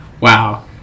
Wow